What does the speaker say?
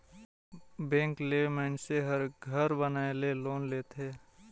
bank ले मइनसे हर घर बनाए बर लोन लेथे